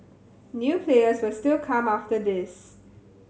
new players will still come after this